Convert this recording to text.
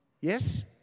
Yes